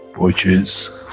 which is